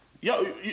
Yo